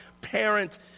parent